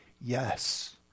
yes